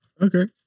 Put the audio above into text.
okay